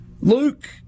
Luke